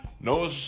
No